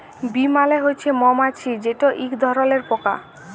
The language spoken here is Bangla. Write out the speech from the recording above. বী মালে হছে মমাছি যেট ইক ধরলের পকা